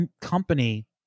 company